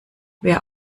wer